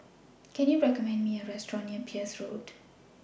Can YOU recommend Me A Restaurant near Peirce Road